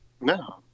No